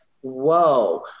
whoa